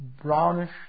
brownish